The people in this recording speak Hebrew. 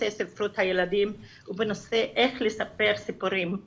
ספרות הילדים ואיך לספר סיפורים היסטוריים.